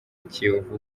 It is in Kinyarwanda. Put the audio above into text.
kiyovu